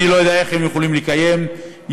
אני לא יודע איך הם יכולים לקיים יישוב,